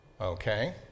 okay